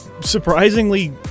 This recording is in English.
surprisingly